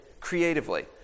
creatively